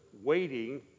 waiting